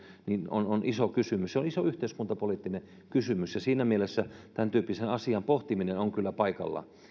on on iso kysymys se on iso yhteiskuntapoliittinen kysymys ja siinä mielessä tämäntyyppisen asian pohtiminen on kyllä paikallaan